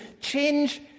change